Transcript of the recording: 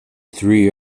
three